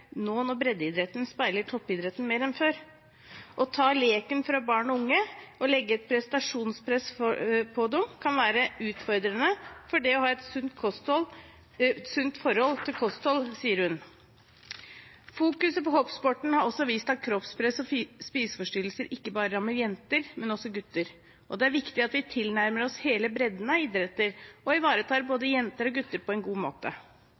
breddeidretten speiler toppidretten mer enn før. Å ta leken fra barn og unge og legge et prestasjonspress på dem kan være utfordrende for det å ha et sunt forhold til kosthold, sier hun. Fokuset på hoppsporten har også vist at kroppspress og spiseforstyrrelser ikke bare rammer jenter, men også gutter. Det er viktig at vi tilnærmer oss hele bredden av idretter og ivaretar både jenter og gutter på en god måte.